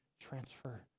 transfer